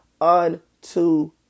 unto